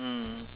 mm